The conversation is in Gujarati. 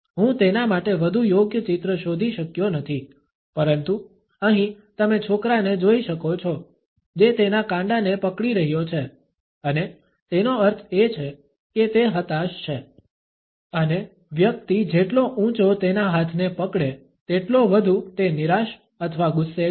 હું તેના માટે વધુ યોગ્ય ચિત્ર શોધી શક્યો નથી પરંતુ અહીં તમે છોકરાને જોઈ શકો છો જે તેના કાંડાને પકડી રહ્યો છે અને તેનો અર્થ એ છે કે તે હતાશ છે અને વ્યક્તિ જેટલો ઊંચો તેના હાથને પકડે તેટલો વધુ તે નિરાશ અથવા ગુસ્સે છે